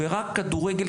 רק כדורגל,